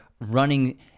running